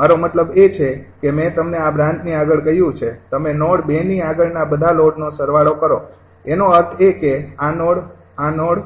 મારો મતલબ એ છે કે મેં તમને આ બ્રાન્ચની આગળ કહ્યું છે તમે નોડ ૨ ની આગળના બધા લોડનો સરવાળો કરો તેનો અર્થ એ કે આ નોડ આ નોડ